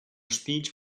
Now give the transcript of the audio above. speech